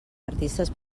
artistes